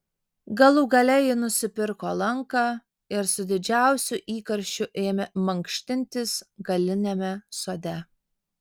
galų gale ji nusipirko lanką ir su didžiausiu įkarščiu ėmė mankštintis galiniame sode